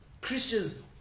Christians